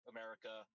America